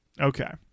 Okay